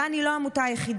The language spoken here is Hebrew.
ער"ן היא לא העמותה היחידה,